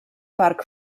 parc